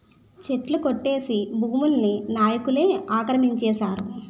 చెట్లు కొట్టేసి భూముల్ని నాయికులే ఆక్రమించేశారు